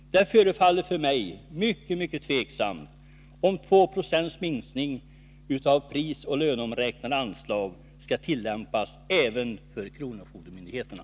Det förefaller mig mycket tveksamt om den tvåprocentiga minskningen av prisoch löneomräknade anslag skall tillämpas även för kronofogdemyndigheterna.